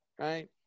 Right